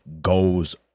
goes